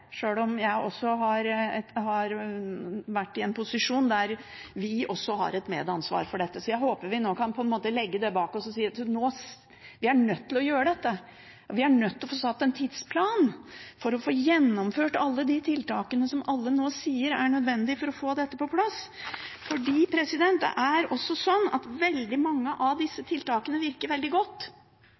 sjøl om jeg også har vært i en posisjon der vi hadde et medansvar for dette. Jeg håper vi nå kan legge det bak oss og si at vi er nødt til å gjøre dette, vi er nødt til å få laget en tidsplan for å få gjennomført alle de tiltakene som alle sier er nødvendige for å få dette på plass. Veldig mange av disse tiltakene virker veldig godt.